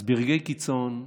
אז ברגעי קיצון,